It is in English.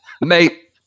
Mate